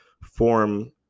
form